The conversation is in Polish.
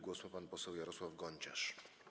Głos ma pan poseł Jarosław Gonciarz.